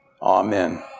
Amen